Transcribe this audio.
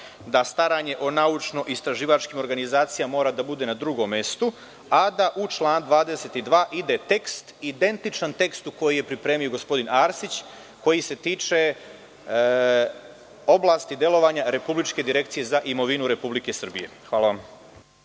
da staranje o naučno-istraživačkim organizacijama mora da bude na drugom mestu, a da u članu 22. ide tekst identičan tekstu koji je pripremio gospodin Arsić, koji se tiče oblasti delovanja Republičke direkcije za imovinu RS. Hvala vam.